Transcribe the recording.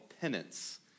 penance